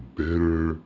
better